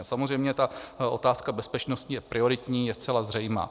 Samozřejmě ta otázka bezpečnosti je prioritní, je zcela zřejmá.